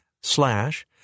slash